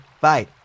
bye